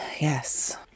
Yes